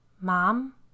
Mom